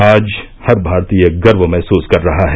आज हर भारतीय गर्व महसुस कर रहा है